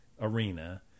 arena